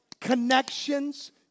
Connections